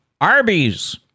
Arby's